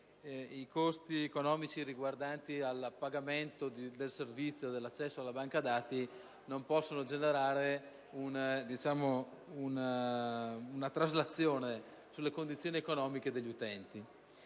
i costi economici riguardanti il pagamento del servizio dell'accesso alla banca dati non possono generare una traslazione sulle condizioni economiche degli utenti.